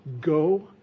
go